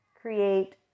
create